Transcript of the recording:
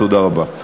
תודה רבה.